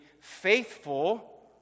faithful